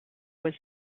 was